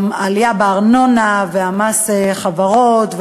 העלייה בארנונה ומס החברות,